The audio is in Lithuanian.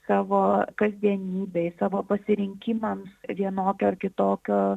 savo kasdienybei savo pasirinkimams vienokio ar kitokio